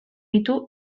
ditu